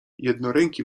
jednoręki